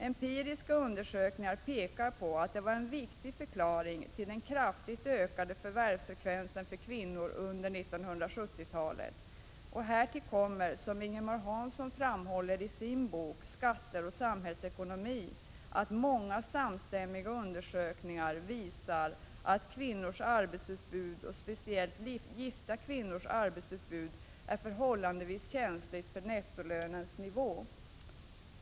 Empiriska undersökningar pekar på att detta var en viktig förklaring till den kraftigt ökade förvärvsfrekvensen bland kvinnor under 1970-talet. Härtill kommer, som Ingemar Hansson framhåller i sin bok Skatter och samhällsekonomi, att många samstämmiga undersökningar visar att kvinnors arbetsutbud, och speciellt gifta kvinnors arbetsutbud, är förhållandevis känsligt för nettolönens nivå.